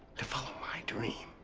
to follow my dream.